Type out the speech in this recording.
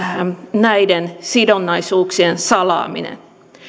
näiden sidonnaisuuksien salaaminen